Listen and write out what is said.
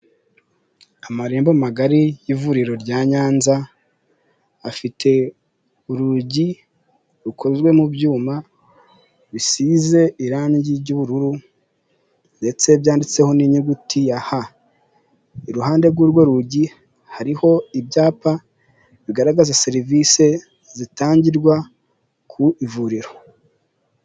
Amarembo magari y'ivuriro rya Nyanza, afite urugi rukozwe mu byuma bisize irangi ry'ubururu ndetse byanditseho n'inyuguti ya H, iruhande rw'urwo rugi hariho ibyapa bigaragaza serivisi zitangirwa ku ivuriro.